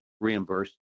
reimbursed